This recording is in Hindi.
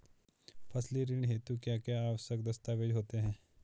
फसली ऋण हेतु क्या क्या आवश्यक दस्तावेज़ होते हैं?